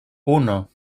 uno